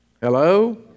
Hello